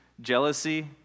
jealousy